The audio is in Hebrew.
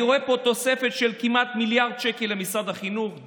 אני רואה פה תוספת של כמעט מיליארד שקל למשרד החינוך,